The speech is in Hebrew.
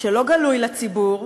שלא גלוי לציבור,